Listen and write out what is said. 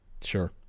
Sure